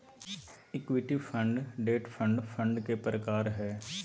equity fund, debt fund fund के प्रकार हय